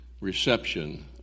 reception